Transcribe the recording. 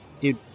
Dude